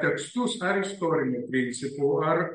tekstus ar istoriniu principu ar